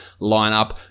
lineup